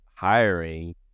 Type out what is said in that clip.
hiring